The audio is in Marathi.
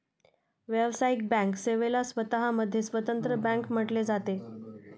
व्यावसायिक बँक सेवेला स्वतः मध्ये स्वतंत्र बँक म्हटले जाते